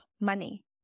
money